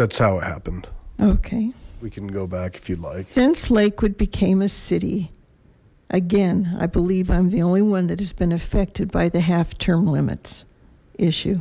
that's how it happened okay we can go back if you like since lakewood became a city again i believe i'm the only one that has been affected by the half term limits issue